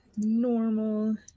Normal